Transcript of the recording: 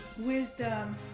wisdom